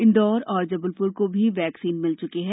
इंदौर और जबलपुर को भी वैक्सीन मिल चुकी है